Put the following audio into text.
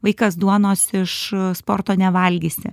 vaikas duonos iš sporto nevalgysi